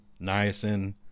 niacin